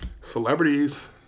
celebrities